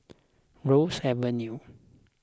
Ross Avenue